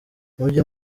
mujye